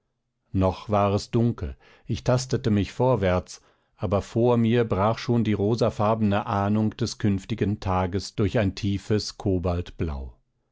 noch war es dunkel ich tastete mich vorwärts aber vor mir brach schon die rosafarbene ahnung des künftigen tages durch ein tiefes